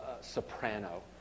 soprano